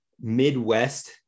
Midwest